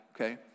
okay